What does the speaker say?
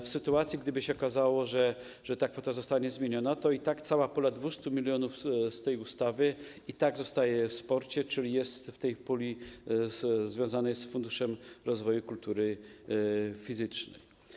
W sytuacji gdyby się okazało, że ta kwota zostanie zmieniona, to i tak cała pula 200 mln z tej ustawy i tak zostaje w sporcie, czyli jest w tej puli związanej z Funduszem Rozwoju Kultury Fizycznej.